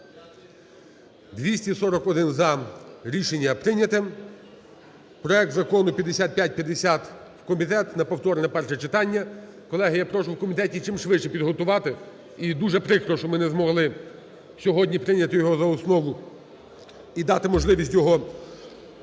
241 – за. Рішення прийняте. Проект закону 5550 в комітет на повторне перше читання. Колеги, я прошу в комітеті чимшвидше підготувати. І дуже прикро, що ми не змогли сьогодні прийняти його за основу і дати можливість його доопрацювати.